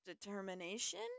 determination